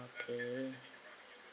okay